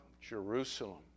Jerusalem